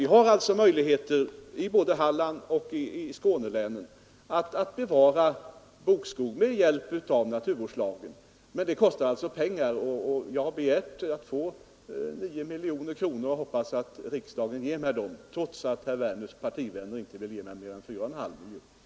Vi har alltså möjligheter i både Halland och Skånelänen att bevara bokskogen med hjälp av naturvårdslagen, men det kostar pengar. Jag har begärt att få 9 miljoner kronor för ändamålet, och jag hoppas att Nr 33 riksdagen ger mig dem, trots att herr Werners partivänner vill minska Torsdagen den beloppet med 5 miljoner kronor.